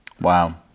Wow